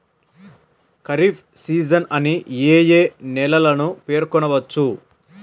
Kharif season అని ఏ ఏ నెలలను పేర్కొనవచ్చు?